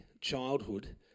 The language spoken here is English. childhood